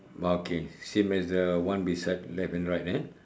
ah okay same as the one beside left and right eh